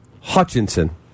Hutchinson